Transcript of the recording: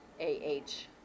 A-H